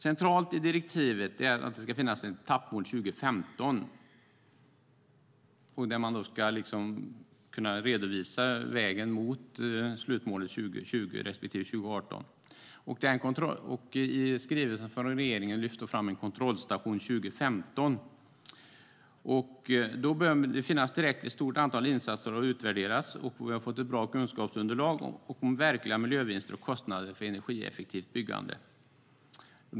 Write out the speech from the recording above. Centralt i direktivet är att det ska finnas ett etappmål till år 2015, så att man ska kunna redovisa vägen mot slutmålet 2020 respektive 2018. I skrivelsen från regeringen lyfts det fram en kontrollstation 2015. Då bör ett tillräckligt stort antal insatser ha utvärderats, och vi bör ha fått ett bra kunskapsunderlag om verkliga miljövinster och kostnader för energieffektivt byggande.